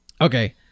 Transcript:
okay